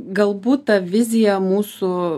galbūt ta vizija mūsų